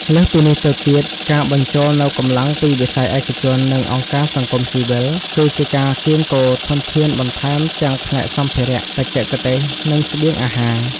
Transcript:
លើសពីនេះទៅទៀត ការបញ្ចូលនូវកម្លាំងពីវិស័យឯកជន និងអង្គការសង្គមស៊ីវិល គឺជាការកៀងគរធនធានបន្ថែមទាំងផ្នែកសម្ភារៈ បច្ចេកទេស និងស្បៀងអាហារ។